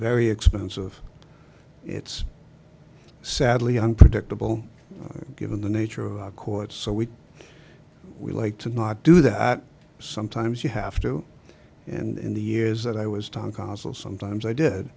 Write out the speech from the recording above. very expensive it's sadly unpredictable given the nature of our courts so we we like to not do that sometimes you have to and in the years that i was talking counsel sometimes i did